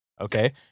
okay